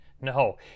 No